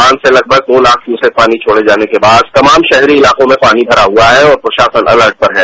बांध से लगभग दो लाख क्यूसेक पानी छोड़े जाने के बाद तमाम शहरी इलाकों में पानी भरा हुआ है और प्रशासन अलर्ट पर है